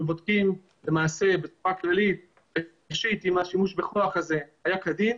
אנחנו בודקים למעשה בצורה כללית ראשית אם השימוש בכוח הזה היה כדין,